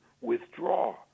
withdraw